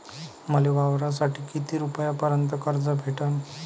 मले वावरासाठी किती रुपयापर्यंत कर्ज भेटन?